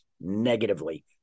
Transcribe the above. negatively